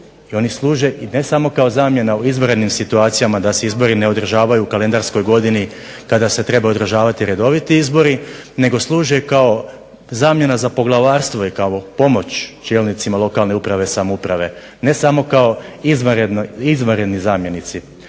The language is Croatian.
i oni služe ne samo kao zamjena u izvanrednim situacijama da se izbori ne održavaju u kalendarskoj godini kada se trebaju održavati redoviti izbori nego služe kao zamjena za poglavarstvo i kao pomoć čelnicima lokalne uprave i samouprave, ne samo kao izvanredni zamjenici.